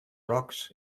rocks